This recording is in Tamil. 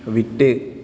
விட்டு